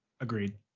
Agreed